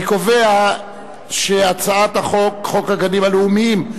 אני קובע שהצעת חוק גנים לאומיים,